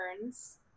turns